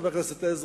חבר הכנסת עזרא,